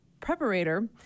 preparator